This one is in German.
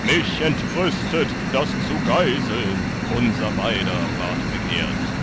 mich entrüstet daß zu geiseln unser beider ward begehrt